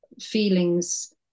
feelings